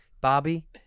Bobby